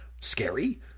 scary